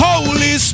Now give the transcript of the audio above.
Holy